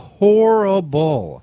horrible